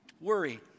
Worry